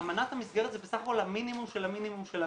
אמנת המסגרת זה בסך הכל המינימום של המינימום.